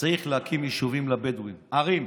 שצריך להקים יישובים לבדואים, ערים.